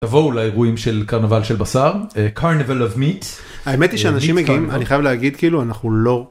תבואו לארועים של קרנבל של בשר, קרנבל OF MEAT האמת היא שאנשים מגיעים אני חייב להגיד כאילו אנחנו לא.